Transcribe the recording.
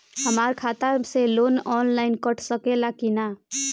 हमरा खाता से लोन ऑनलाइन कट सकले कि न?